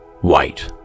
white